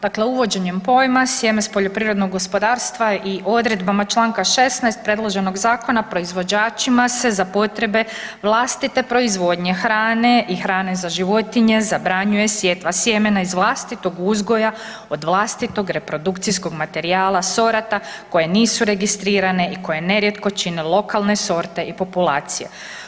Dakle, uvođenjem pojma „sjeme s poljoprivrednog gospodarstva“ i odredbama čl. 16. predloženog zakona, proizvođačima se za potrebe vlastite proizvodnje hrane i hrane za životinje zabranjuje sjetva sjemena iz vlastitog uzgoja od vlastitog reprodukcijskog materijala sorata koje nisu registrirane i koje nerijetko čine lokalne sorte i populacije.